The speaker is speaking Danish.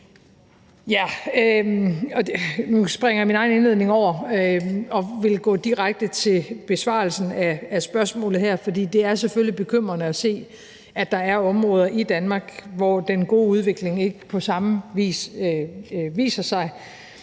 Nu springer jeg min egen indledning over og går direkte til besvarelsen af spørgsmålet her, for det er selvfølgelig bekymrende at se, at der er områder i Danmark, hvor den gode udvikling ikke på samme vis viser sig,